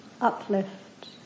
uplift